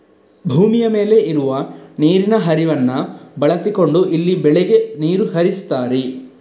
ಭೂಮಿಯ ಮೇಲೆ ಇರುವ ನೀರಿನ ಹರಿವನ್ನ ಬಳಸಿಕೊಂಡು ಇಲ್ಲಿ ಬೆಳೆಗೆ ನೀರು ಹರಿಸ್ತಾರೆ